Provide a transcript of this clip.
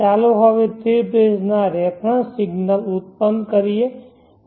ચાલો હવે three phase ના રેફરન્સ સિગ્નલ્સ ઉત્પન્ન કરીએ